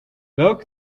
welk